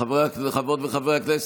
חברות וחברי הכנסת,